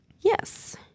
yes